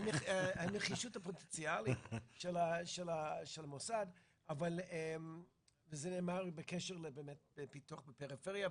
הנחישות הפוטנציאלית של המוסד אבל זה בקשר לפיתוח בפריפריה.